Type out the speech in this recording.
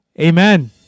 Amen